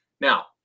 Now